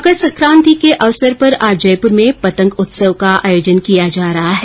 मकर सकांति के अवसर पर आज जयपुर में पतंग उत्सव का आयोजन किया जा रहा है